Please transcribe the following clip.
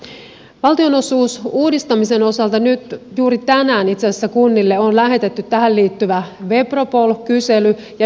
valtionosuusuudistamisen osalta nyt itse asiassa juuri tänään kunnille on lähetetty tähän liittyvä webropol kysely